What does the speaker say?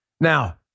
Now